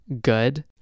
good